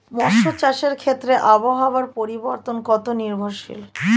মৎস্য চাষের ক্ষেত্রে আবহাওয়া পরিবর্তন কত নির্ভরশীল?